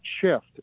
shift